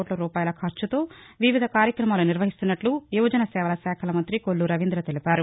కోట్ల రూపాయల ఖర్చుతో వివిధ కార్యక్రమాలు నిర్వహిస్తున్నట్లు యువజన సేవల శాఖల మంఁతి కొల్లురవీంఁద తెలిపారు